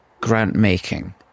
grant-making